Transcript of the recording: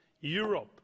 Europe